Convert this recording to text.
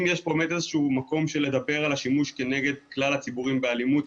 אם יש פה -- -שהוא מקום של לדבר על השימוש כנגד כלל הציבורים באלימות